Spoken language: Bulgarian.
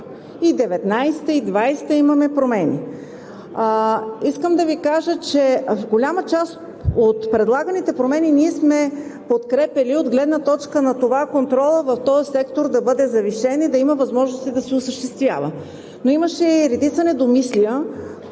И 2019-а, и 2020 г. имаме промени. Искам да Ви кажа, че голяма част от предлаганите промени ние сме подкрепяли от гледна точка на това контролът в този сектор да бъде завишен и да има възможности да се осъществява, но имаше и редица недомислия,